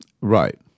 Right